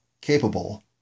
capable